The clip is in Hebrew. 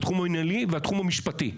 התחום המינהלי והתחום המשפטי,